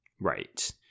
Right